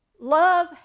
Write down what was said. Love